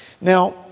Now